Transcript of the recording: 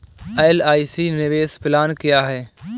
LIC निवेश plan क्या है?